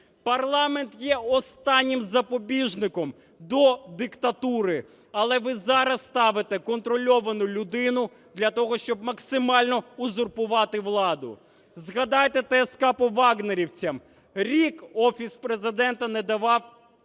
Парламент є останнім запобіжником до диктатури, але ви зараз ставите контрольовану людину для того, щоб максимально узурпувати владу. Згадайте ТСК по "вагнерівцям". Рік Офіс Президента не давав